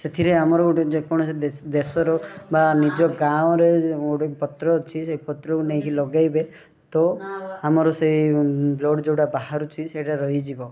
ସେଥିରେ ଆମର ଗୋଟେ ଯେକୌଣସି ଦେଶ ଦେଶରୁ ବା ନିଜ ଗାଁ ରେ ଗୋଟେ ପତ୍ର ଅଛି ସେ ପତ୍ର କୁ ନେଇକି ଲଗାଇବେ ତ ଆମର ସେ ବ୍ଲଡ଼ ଯେଉଁଟା ବାହାରୁଛି ସେଇଟା ରହିଯିବ